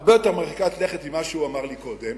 הרבה יותר מרחיקת לכת ממה שהוא אמר לי קודם,